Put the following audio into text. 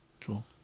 Cool